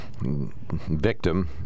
victim